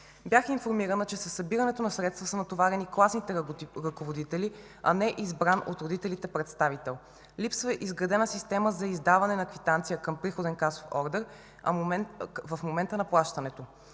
Бях информирана, че със събирането на средства са натоварени класните ръководители, а не избран от родителите представител. Липсва изградена система за издаване на квитанция към приходен касов ордер в момента на плащането.